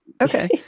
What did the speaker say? Okay